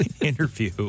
interview